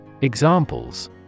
Examples